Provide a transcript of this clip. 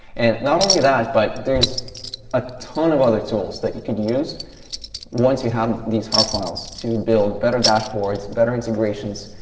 and not only that, but there's a ton of other tools that you could use once you have these har files to build better dashboards, better integrations.